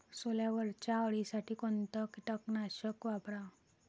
सोल्यावरच्या अळीसाठी कोनतं कीटकनाशक वापराव?